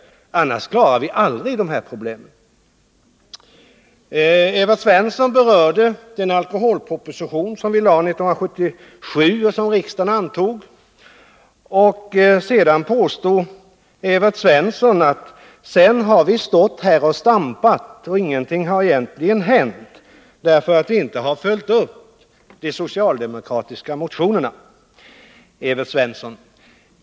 Annars klarar vi aldrig dessa problem. Evert Svensson berörde den alkoholproposition som vi lade fram 1977 och som antogs av riksdagen, och sedan påstod han att vi har stått här och stampat, utan att egentligen någonting har hänt, eftersom vi inte har följt upp de socialdemokratiska motionerna. Evert Svensson!